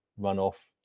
runoff